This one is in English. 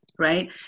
Right